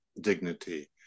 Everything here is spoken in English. dignity